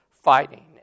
fighting